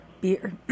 Beer